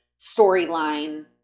storyline